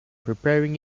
preparing